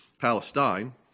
Palestine